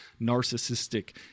narcissistic